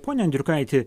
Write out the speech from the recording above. pone andriukaiti